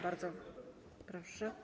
Bardzo proszę.